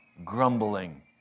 grumbling